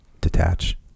detach